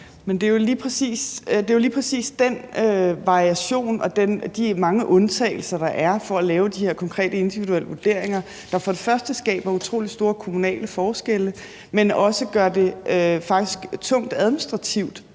det er jo lige præcis den variation og de mange undtagelser, der er, for at lave de her konkrete individuelle vurderinger, der for det første skaber utrolig store kommunale forskelle og for det andet faktisk også gør det tungt administrativt